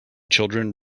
children